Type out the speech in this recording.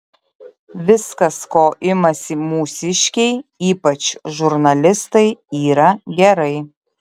viskas ko imasi mūsiškiai ypač žurnalistai yra gerai